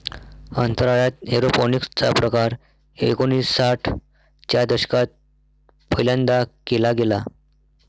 अंतराळात एरोपोनिक्स चा प्रकार एकोणिसाठ च्या दशकात पहिल्यांदा केला गेला